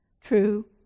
true